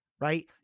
Right